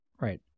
Right